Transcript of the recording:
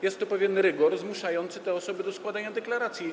Jest to pewien rygor zmuszający te osoby do składania deklaracji.